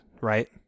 right